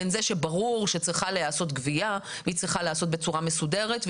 בין זה שברור שצריכה להיעשות גבייה והיא צריכה להיעשות בצורה מסודרת,